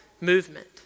movement